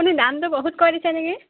আপুনি দামটো বহুত কৈ দিছে নেকি